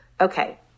okay